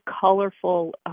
colorful